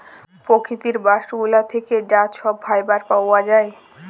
পকিতির বাস্ট গুলা থ্যাকে যা ছব ফাইবার পাউয়া যায়